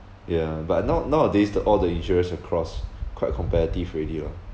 ya but now~ nowadays the all the insurers across quite competitive already ah